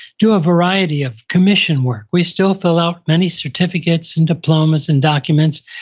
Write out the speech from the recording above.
do a variety of commission work. we still fill out many certificates and diplomas and documents.